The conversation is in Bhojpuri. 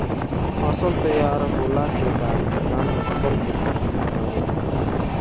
फसल तैयार होखला के बाद किसान फसल के कटनी करेलन